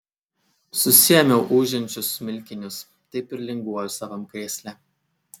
susiėmiau ūžiančius smilkinius taip ir linguoju savam krėsle